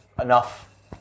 enough